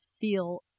feel